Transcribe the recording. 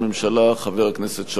חבר הכנסת שאול מופז.